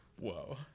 Whoa